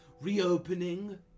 reopening